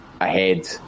ahead